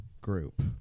group